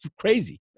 crazy